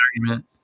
argument